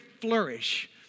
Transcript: flourish